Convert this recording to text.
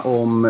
om